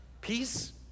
Peace